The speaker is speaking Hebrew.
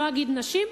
לא אגיד נשים,